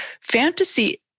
fantasy